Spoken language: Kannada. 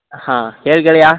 ಹಾಂ ಹೇಳು ಗೆಳೆಯ